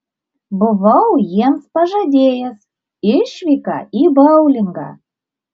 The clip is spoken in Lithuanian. buvau jiems pažadėjęs išvyką į boulingą